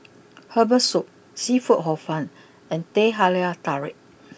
Herbal Soup Seafood Hor fun and Teh Halia Tarik